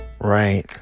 Right